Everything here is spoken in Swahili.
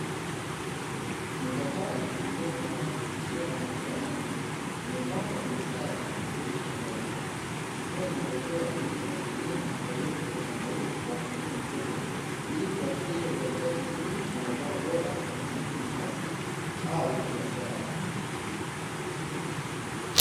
Mipapai iliyokomaa ikiwa na matunda mengi, imepangwa kwa mstari mzuri shambani, ikiwa ni matokeo ya juhudi za wakulima waliotunza shamba hilo kwa umakini mkubwa. Ili kuhakikisha uzalishaji mzuri na mazao bora kwa matumizi binafsi au biashara.